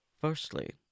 Firstly